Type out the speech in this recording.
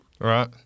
Right